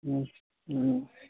ہوں ہوں